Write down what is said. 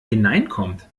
hineinkommt